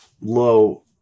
low